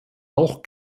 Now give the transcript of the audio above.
auch